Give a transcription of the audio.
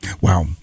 Wow